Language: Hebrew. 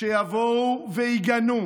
שיבוא ויגנו,